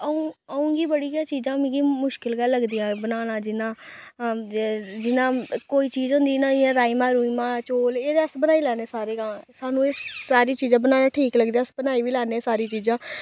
अ'ऊं अ'ऊं गी बड़ी गै चीजां मिगी मुश्कल गै लगदियां बनाना जिन्ना जे जिन्ना कोई चीज होंदी ना जिन्ना राजमाह् रूजमाह् चौल एह् ते अस बनाई लैन्ने सारे गै सानूं एह् सारी चीजां बनाना ठीक लगदा ते अस बनाई बी लैन्ने सारी चीजां